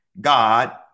God